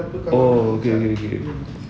oh okay okay okay